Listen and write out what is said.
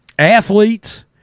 athletes